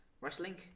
Wrestling